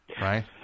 Right